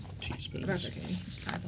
teaspoons